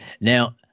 Now